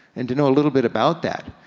and to know a little bit about that,